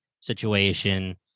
situation